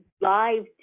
live